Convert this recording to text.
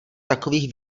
takových